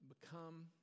become